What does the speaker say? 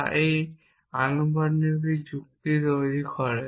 যা এই আনুপাতিক যুক্তি তৈরি করে